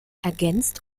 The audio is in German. ergänzt